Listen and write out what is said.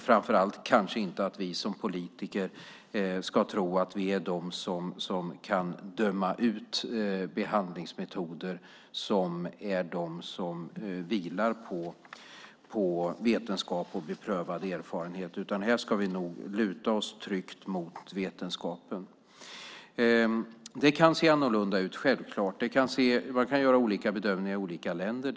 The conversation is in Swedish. Framför allt kanske vi som politiker inte ska tro att vi är de som kan döma ut behandlingsmetoder som vilar på vetenskap och beprövad erfarenhet, utan här ska vi nog luta oss tryggt mot vetenskapen. Det kan självfallet se annorlunda ut. Man kan göra olika bedömningar i olika länder.